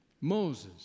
Moses